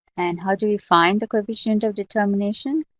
and how do you find the coefficient of determination?